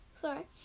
sorry